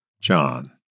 John